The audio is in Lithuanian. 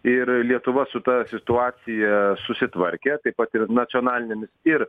ir lietuva su ta situacija susitvarkė taip pat ir nacionalinėmis ir